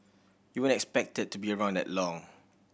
you weren't expected to be around that long